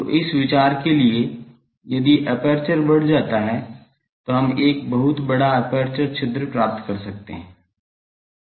तो इस विचार के लिए यदि एपर्चर बढ़ जाता है तो हम एक बहुत बड़ा एपर्चर छिद्र प्राप्त कर सकते हैं